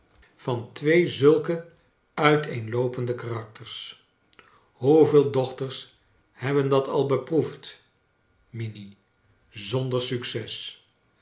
van twee charles dickens zulke uiteenloopende karakters hoeveel dochters hebben dat al beproefd minnie zander succes